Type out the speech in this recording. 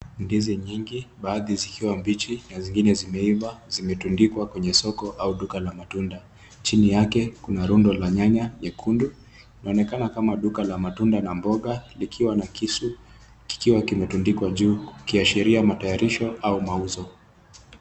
Ndizi nyingi baadhi zikiwa mbichi na zingine zimeiva zimetundikwa kwenye soko au duka la matunda. Chini yake kuna rundo la nyanya nyekundu. Inaonekana kama duka la matunda na mboga likiwa na kisu kikiwa kimetundikwa juu kuashiria matayarisho au mauzo.